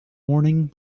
warning